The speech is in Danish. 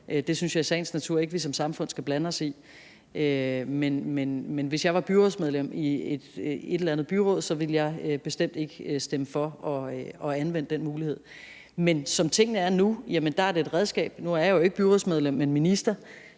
det synes jeg i sagens natur ikke at vi som samfund skal blande os i. Men hvis jeg var byrådsmedlem i et sådant byrådet, ville jeg bestemt ikke stemme for at anvende den mulighed. Men som tingene er nu, er det et redskab. Nu er jeg jo ikke byrådsmedlem, men minister,